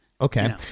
Okay